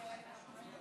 מכובדי